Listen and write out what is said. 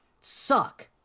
Suck